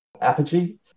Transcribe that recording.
Apogee